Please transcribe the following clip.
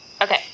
Okay